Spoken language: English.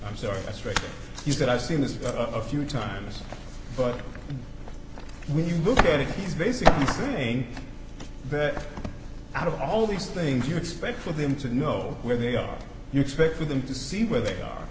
i'm sorry that's right he said i've seen is a few times but when you look at it he's basically saying that out of all these things you expect for them to know where they are you expect them to see where they are